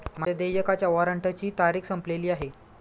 माझ्या देयकाच्या वॉरंटची तारीख संपलेली आहे